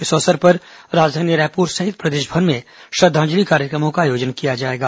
इस अवसर पर राजधानी रायपुर सहित प्रदेशभर में श्रद्वांजलि कार्यक्रमों का आयोजन किया जाएगा